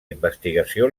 investigació